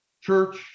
Church